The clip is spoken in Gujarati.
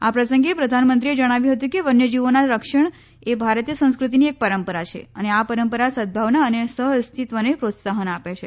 આ પ્રસંગે પ્રધાનમંત્રીએ જણાવ્યું હતું કે વન્યજીવોનું રક્ષણ એ ભારતીય સંસ્કૃતિની એક પરંપરા છે અને આ પરંપરા સદભાવના અને સહઅસ્તીત્વને પ્રોત્સાહન આપે છે